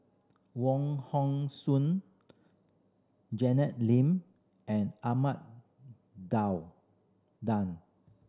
Wong Hong Suen Janet Lim and Ahmad Daud